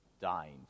dying